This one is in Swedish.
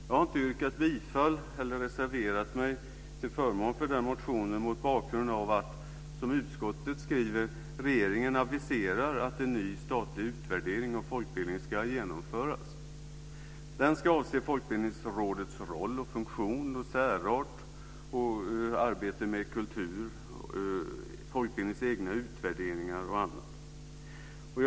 Jag har inte yrkat bifall till eller reserverat mig till förmån för den motionen mot bakgrund av att, som utskottet skriver, regeringen aviserar att en ny statlig utvärdering av folkbildningen ska genomföras. Denna ska avse Folkbildningsrådets roll, funktion och särart, arbetet med kultur, folkbildningens egna utvärderingar och annat.